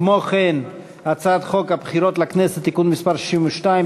וכן את הצעת חוק הבחירות לכנסת (תיקון מס' 62),